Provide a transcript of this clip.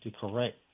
correct